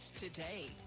today